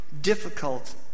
difficult